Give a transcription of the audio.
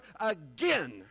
again